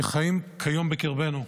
שחיים כיום בקרבנו.